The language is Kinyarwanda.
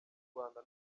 rwanda